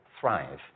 thrive